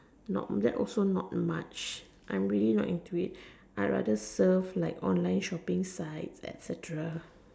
not that also not much I'm really not into it I rather surf like online shopping sites etcetera